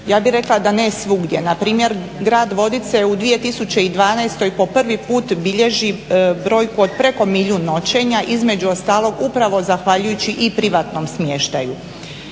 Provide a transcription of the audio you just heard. Ja bih rekla da ne svugdje. Na primjer grad Vodite u 2012. po prvi put bilježi brojku od preko milijun noćenja, između ostalog upravo zahvaljujući i privatnom smještaju.